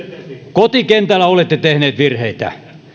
kotikentällä olette tehneet virheitä